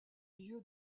lieux